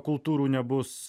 kultūrų nebus